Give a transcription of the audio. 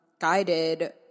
guided